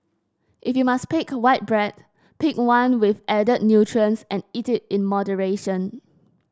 if you must pick white bread pick one with added nutrients and eat it in moderation